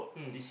mm